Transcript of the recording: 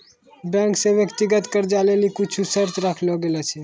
bank से व्यक्तिगत कर्जा लेली कुछु शर्त राखलो गेलो छै